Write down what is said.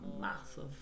massive